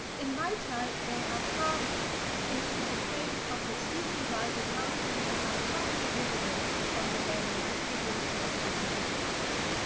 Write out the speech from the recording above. in maltai they are carved into the face of the steeply rising mountain and are ah hardly visible from the valley given their small dimensions.